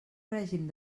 règim